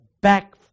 back